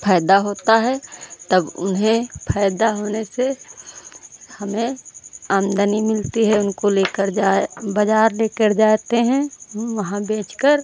फ़ायदा होता है तब उन्हें फ़ायदा होने से हमें आमदनी मिलती है उनको लेकर जाय बाज़ार लेकर जाते हैं वहाँ बेचकर